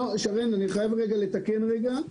אני חייב לתקן רגע.